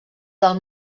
del